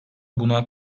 buna